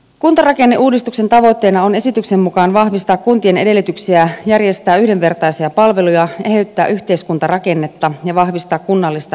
kuntarakenneuudistuksen tavoitteena on esityksen mukaan vahvistaa kuntien edellytyksiä järjestää yhdenvertaisia palveluja eheyttää yhteiskuntarakennetta ja vahvistaa kunnallista itsehallintoa